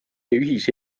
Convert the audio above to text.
ühise